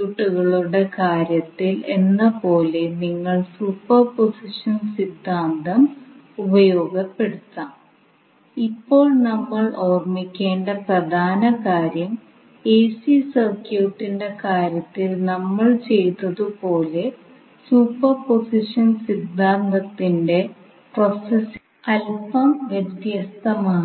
ഉറവിടത്തിന്റെ കാര്യങ്ങളുടെ സഹായത്തോടെ എസി സർക്യൂട്ട് വിശകലനം നമ്മൾ ചർച്ച ചെയ്യും